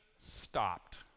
stopped